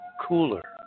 cooler